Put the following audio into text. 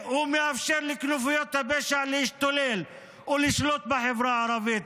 והוא מאפשר לכנופיות הפשע להשתולל ולשלוט בחברה הערבית?